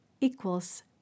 equals